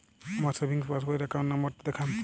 আমার savings passbook র account number টা দেখান?